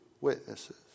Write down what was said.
witnesses